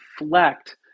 reflect